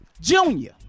Junior